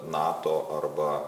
nato arba